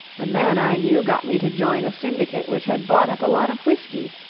a man i knew got me to join a syndicate which had bought up a lot of whisky.